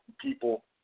people